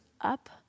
up